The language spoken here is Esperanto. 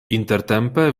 intertempe